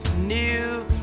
new